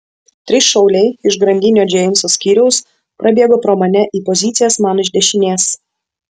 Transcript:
trys šauliai iš grandinio džeimso skyriaus prabėgo pro mane į pozicijas man iš dešinės